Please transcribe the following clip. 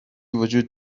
وجود